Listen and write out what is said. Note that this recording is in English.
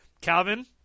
Calvin